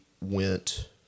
went